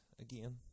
again